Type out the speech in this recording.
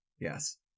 Yes